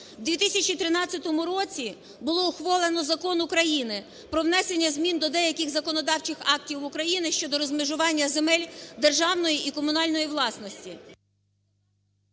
У 2013 році було ухвалено Закону України "Про внесення змін до деяких законодавчих актів України щодо розмежування земель державної і комунальної власності".